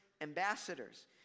ambassadors